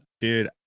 dude